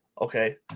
okay